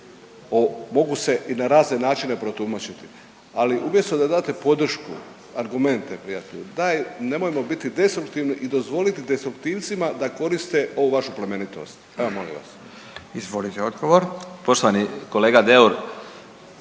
mogu se i na razne načine protumačiti. Ali umjesto da date podršku, argumente prijatelju daj nemojmo biti destruktivni i dozvoliti destruktivcima da koriste ovu vašu plemenitost. Evo, molim vas. **Radin, Furio (Nezavisni)**